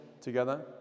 together